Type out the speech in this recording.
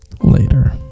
later